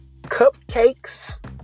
Cupcakes